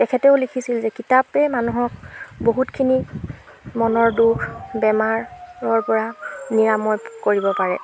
তেখেতেও লিখিছিল যে কিতাপেই মানুহক বহুতখিনি মনৰ দুখ বেমাৰৰ পৰা নিৰাময় কৰিব পাৰে